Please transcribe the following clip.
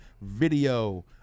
video